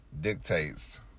dictates